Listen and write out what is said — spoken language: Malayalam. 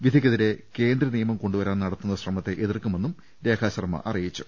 വിധിക്കെതിരെ കേന്ദ്ര നിയമം കൊണ്ടുവരാൻ നടത്തുന്ന ശ്രമത്തെ എതിർക്കുമെന്നും രേഖാശർമ്മ വൃക്തമാക്കി